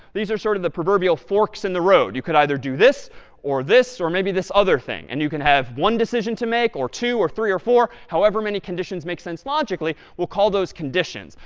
these are sort of the proverbial forks in the road. you could either do this or this or maybe this other thing. and you can have one decision to make or two or three or four, however many conditions make sense logically. we'll call those conditions.